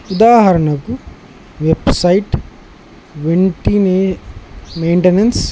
ఉదాహరణకు వెబ్సైట్ వెంటనే మెయింటెనెన్స్